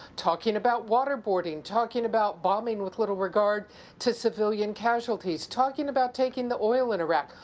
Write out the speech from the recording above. talking about waterboarding, talking about bombing with little regard to civilian casualties, talking about taking the oil in iraq.